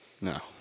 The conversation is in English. No